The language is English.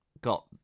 got